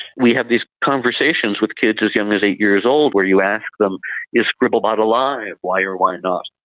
we have these conversations with kids as young as eight years old where you ask them is scribble bot alive? why or why not?